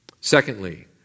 Secondly